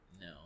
no